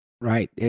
Right